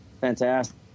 fantastic